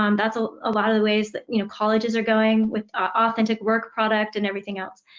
um that's ah a lot of the ways that, you know, colleges are going, with authentic work product and everything else,